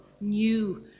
new